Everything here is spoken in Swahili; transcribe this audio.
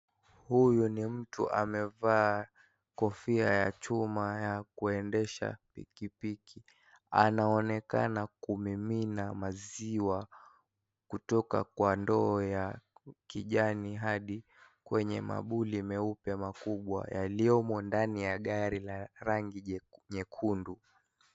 Huyu ni mtu amevaa kofia ya chuma ya kuendesha pikipiki. Anaonekana kumimina maziwa kutoka kwa ndoo ya kijani hadi kwenye mabuli meupe makubwa yaliyomo ndani ya gari jekundu.